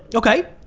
okay.